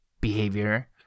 behavior